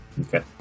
Okay